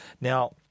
Now